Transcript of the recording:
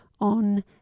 on